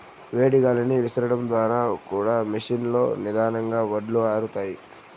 వేడి గాలిని విసరడం ద్వారా కూడా మెషీన్ లో నిదానంగా వడ్లు ఆరుతాయి